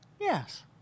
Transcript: Yes